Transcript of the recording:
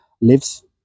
lives